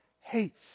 hates